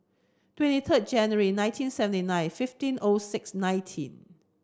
twenty third January nineteen seventy nine fifteen O six nineteen